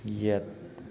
ꯌꯦꯠ